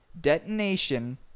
detonation